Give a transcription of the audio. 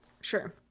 Sure